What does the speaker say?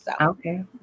Okay